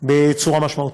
בצורה משמעותית.